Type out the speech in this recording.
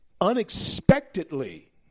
unexpectedly